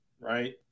Right